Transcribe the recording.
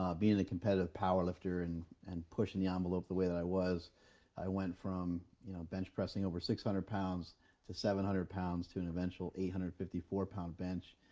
um being a competitive power lifter and and pushing the envelope the way that i was i went from you know bench pressing over six hundred pounds to seven hundred pounds to an eventual eight hundred and fifty four pound bench.